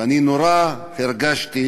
ואני נורא, הרגשתי